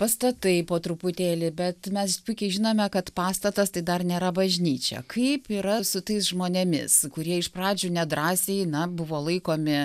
pastatai po truputėlį bet mes puikiai žinome kad pastatas tai dar nėra bažnyčia kaip yra su tais žmonėmis kurie iš pradžių nedrąsiai na buvo laikomi